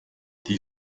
die